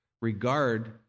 regard